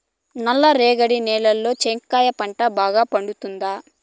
నల్ల రేగడి నేలలో చెనక్కాయ పంట బాగా పండుతుందా?